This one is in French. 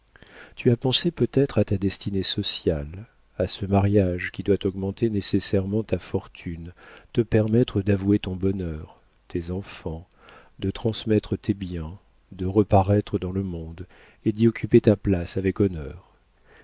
tu as pensé peut-être à ta destinée sociale à ce mariage qui doit augmenter nécessairement ta fortune te permettre d'avouer ton bonheur tes enfants de transmettre tes biens de reparaître dans le monde et d'y occuper ta place avec honneur